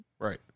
Right